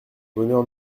bonheur